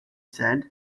said